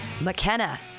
McKenna